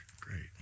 Great